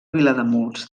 vilademuls